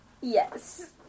Yes